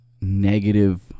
negative